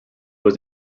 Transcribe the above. was